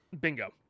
Bingo